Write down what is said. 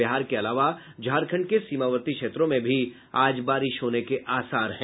बिहार के अलावे झारखंड के सीमावर्ती क्षेत्रों में भी आज बारिश होने के आसार हैं